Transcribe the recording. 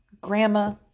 grandma